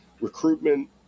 recruitment